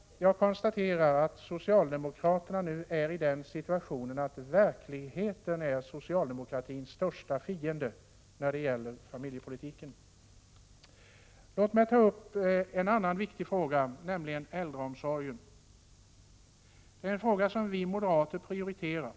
Jag konstaterar att socialdemokratin nu befinner sig i den situationen att verkligheten är dess största fiende när det gäller familjepolitiken. Låt mig ta upp en annan viktig fråga, nämligen äldreomsorgen. Det är en fråga som vi moderater prioriterar.